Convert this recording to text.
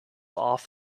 off